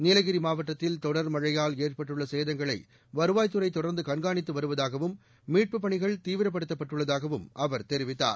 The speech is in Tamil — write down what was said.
நீலகிரி மாவட்டத்தில் தொடர் மழையால் ஏற்பட்டுள்ள சேதங்களை வருவாய்த் துறை தொடர்ந்து கண்கானித்து வருவதாகவும் மீட்டுப் பணிகள் தீவிரப்படுத்தப்பட்டுள்ளதாகவும் அவர் தெரிவித்தார்